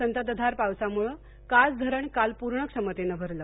संततघार पावसामुळे कास धरण काल पूर्ण क्षमतेने भरलं